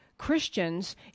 Christians